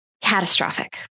catastrophic